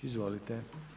Izvolite.